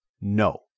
no